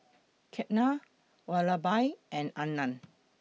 Ketna Vallabhbhai and Anand